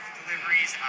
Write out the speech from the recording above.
deliveries